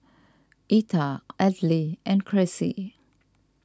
Etta Audley and Cressie